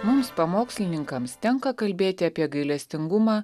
mums pamokslininkams tenka kalbėti apie gailestingumą